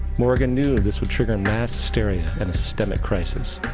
morgan knew this would trigger mass hysteria and a systemic crisis,